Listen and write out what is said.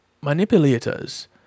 Manipulators